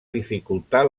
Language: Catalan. dificultar